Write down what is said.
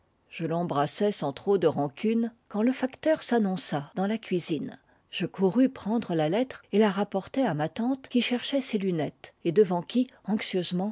je l'embrassais sans trop de rancune quand le facteur s'annonça dans la cuisine je courus prendre la lettre et la rapportai à ma tante qui cherchait ses lunettes et devant qui